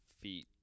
feet